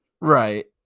Right